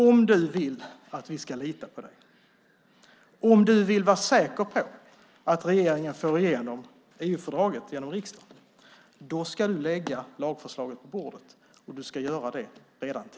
Om du vill att vi ska lita på dig, om du vill vara säker på att regeringen får igenom EU-fördraget genom riksdagen ska du lägga lagförslaget på bordet tidigt i höst.